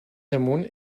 amunt